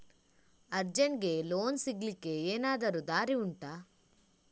ಅರ್ಜೆಂಟ್ಗೆ ಲೋನ್ ಸಿಗ್ಲಿಕ್ಕೆ ಎನಾದರೂ ದಾರಿ ಉಂಟಾ